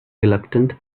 reluctant